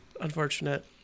unfortunate